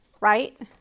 right